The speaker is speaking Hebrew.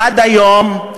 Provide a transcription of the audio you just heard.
עד היום,